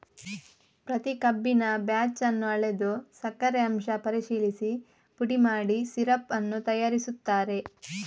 ಪ್ರತಿ ಕಬ್ಬಿನ ಬ್ಯಾಚ್ ಅನ್ನು ಅಳೆದು ಸಕ್ಕರೆ ಅಂಶ ಪರಿಶೀಲಿಸಿ ಪುಡಿ ಮಾಡಿ ಸಿರಪ್ ಅನ್ನು ತಯಾರಿಸುತ್ತಾರೆ